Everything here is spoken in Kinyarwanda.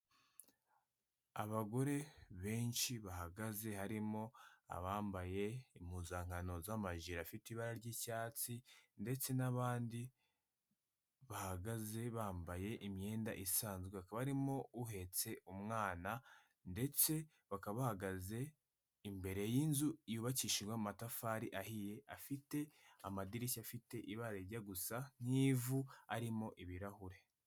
Abagore benshi bahagaze harimo abambaye impuzankano z'amaji afite ibara ry'icyatsi ndetse n'abandi bahagaze bambaye imyenda isanzwe hakaba harimo uhetse umwana ndetse bakaba bahagaze imbere y'inzu yubakishijwe amatafari ahiye afite amadirishya afite ibara rijya gusa nk'ivu arimo ibirahure.